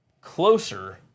closer